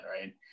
right